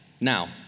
now